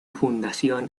fundación